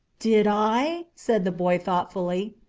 did i? said the boy thoughtfully.